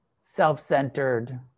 self-centered